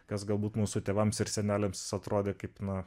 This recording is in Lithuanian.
kas galbūt mūsų tėvams ir seneliams atrodė kaip na